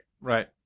Right